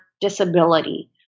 disability